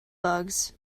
bugs